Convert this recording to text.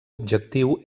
objectiu